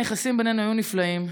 היחסים בינינו היו נפלאים,